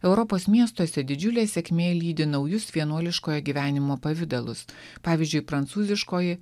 europos miestuose didžiulė sėkmė lydi naujus vienuoliškojo gyvenimo pavidalus pavyzdžiui prancūziškoji